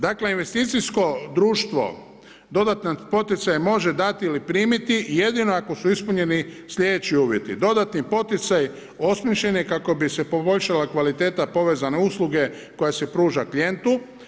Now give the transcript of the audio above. Dakle, investicijsko društvo dodatni poticaj može dati ili primiti, jedino ako su ispunjeni sljedeći uvjeti: dodatni poticaj osmišljen je kako bi se poboljšala kvaliteta povezane usluge koja se pruža klijentu.